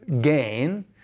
gain